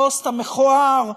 הפוסט המכוער,